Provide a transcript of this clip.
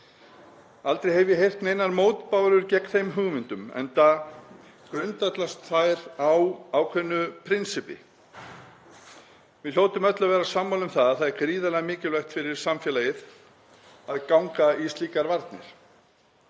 Aldrei hef ég heyrt neinar mótbárur gegn þeim hugmyndum enda grundvallast þær á ákveðnu prinsippi. Við hljótum öll að vera sammála um að það er gríðarlega mikilvægt fyrir samfélagið að ganga í slíkar varnir.